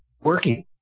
working